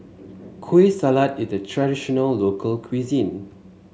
Kueh Salat is a traditional local cuisine